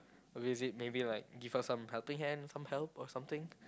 a visit maybe like give her some helping hand some help or something